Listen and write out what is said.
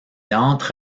entre